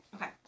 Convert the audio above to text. Okay